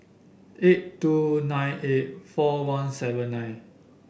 eight two nine eight four one seven nine